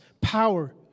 power